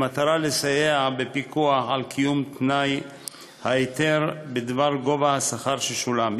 במטרה לסייע בפיקוח על קיום תנאי ההיתר בדבר גובה השכר ששולם.